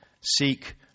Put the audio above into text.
seek